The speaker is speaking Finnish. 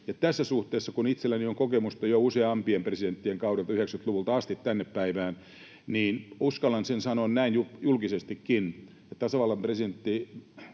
tässä suhteessa kun itselläni on kokemusta jo useampien presidenttien kausilta, 90-luvulta asti tänne päivään, niin uskallan sen sanoa näin julkisestikin: nykyinen tasavallan presidentti